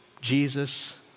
Jesus